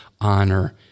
honor